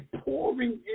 pouring